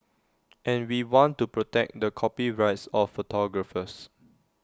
and we want to protect the copyrights of photographers